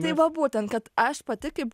tai va būtent kad aš pati kaip